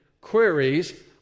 queries